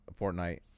Fortnite